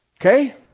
Okay